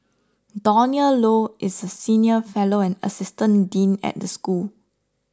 Donald Low is senior fellow and assistant dean at the school